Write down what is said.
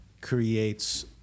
creates